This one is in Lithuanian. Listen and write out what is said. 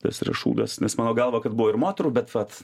tas yra šūdas nes mano galva kad buvo ir moterų bet vat